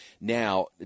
Now